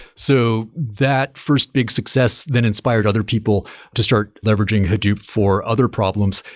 so that first big success then inspired other people to start leveraging hadoop for other problems.